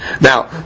Now